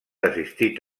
assistit